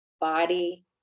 body